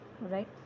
right